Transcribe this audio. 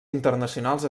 internacionals